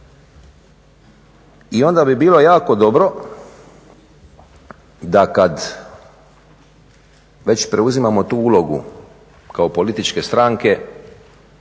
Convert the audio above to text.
I onda bi bilo jako dobro da kad već preuzimamo tu ulogu kao političke stranke